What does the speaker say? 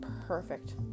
perfect